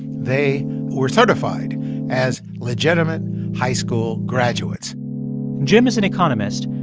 they were certified as legitimate high school graduates jim is an economist,